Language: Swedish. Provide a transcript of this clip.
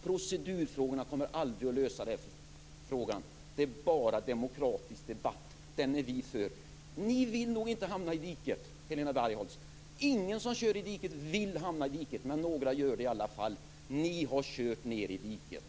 Procedurfrågorna kommer aldrig att avgöra den här frågan. Det är bara demokratisk debatt som kan göra det, och den är vi för. Ni vill nog inte hamna i diket, Helena Bargholtz. Ingen som kör i diket vill hamna i diket, men några gör det i alla fall. Ni har kört ned i diket.